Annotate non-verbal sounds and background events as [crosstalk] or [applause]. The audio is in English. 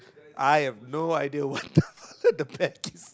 I have no idea what the father [laughs] the pet kid